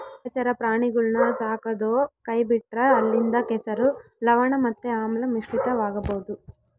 ಜಲಚರ ಪ್ರಾಣಿಗುಳ್ನ ಸಾಕದೊ ಕೈಬಿಟ್ರ ಅಲ್ಲಿಂದ ಕೆಸರು, ಲವಣ ಮತ್ತೆ ಆಮ್ಲ ಮಿಶ್ರಿತವಾಗಬೊದು